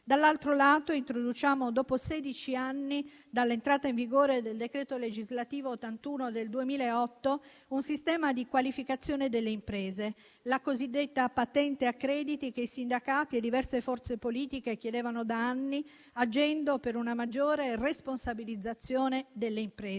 Dall'altro lato, dopo sedici anni dall'entrata in vigore del decreto legislativo n. 81 del 2008, introduciamo un sistema di qualificazione delle imprese, la cosiddetta patente a crediti, che i sindacati e diverse forze politiche chiedevano da anni, agendo per una maggiore responsabilizzazione delle imprese.